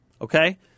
Okay